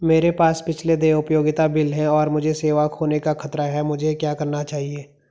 मेरे पास पिछले देय उपयोगिता बिल हैं और मुझे सेवा खोने का खतरा है मुझे क्या करना चाहिए?